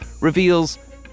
reveals